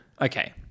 Okay